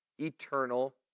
eternal